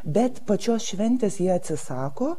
bet pačios šventės ji atsisako